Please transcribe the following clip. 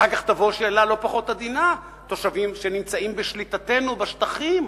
אחר כך תבוא שאלה לא פחות עדינה: תושבים שנמצאים בשליטתנו בשטחים,